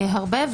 הרבה,